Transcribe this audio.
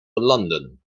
london